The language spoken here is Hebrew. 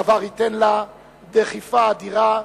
הדבר ייתן לה דחיפה אדירה,